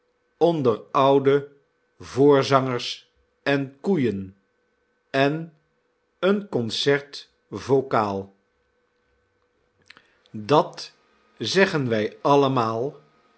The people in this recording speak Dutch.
onder oude voorzangers en koeien en een concert vocaal dat zeggen wy allemaal